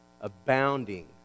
Abounding